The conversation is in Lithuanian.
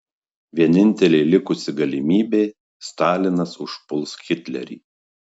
vienintelė likusi galimybė stalinas užpuls hitlerį